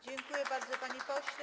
Dziękuję bardzo, panie pośle.